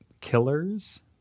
killers